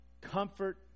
comfort